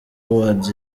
awards